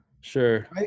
Sure